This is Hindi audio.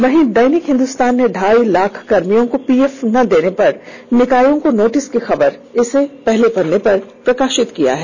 वहीं दैनिक हिन्दुस्तान ने ढाई लाख कर्मियों को पीएफ न देने पर निकायों को नोटिस की खबर को पहले पन्ने पर प्रकाशित की है